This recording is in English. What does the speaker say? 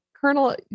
colonel